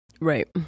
right